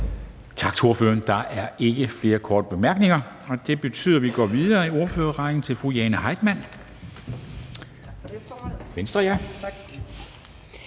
Tak til ordføreren. Der er ikke flere korte bemærkninger. Det betyder, at vi går videre i ordførerrækken til hr. Peter